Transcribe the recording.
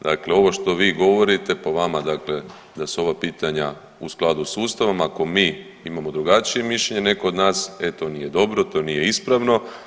Dakle ovo što vi govorite po vama dakle da su ova pitanja u skladu s Ustavom ako mi imamo drugačije mišljenje netko od nas, e to nije dobro, to nije ispravno.